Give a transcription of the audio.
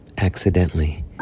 Accidentally